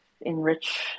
enrich